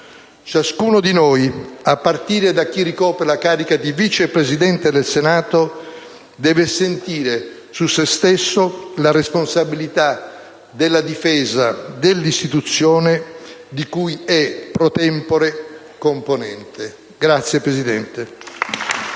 Ciascuno di noi, a partire da chi ricopre la carica di Vice Presidente del Senato, deve sentire su se stesso la responsabilità della difesa dell'istituzione di cui è *pro tempore* componente. Grazie, signor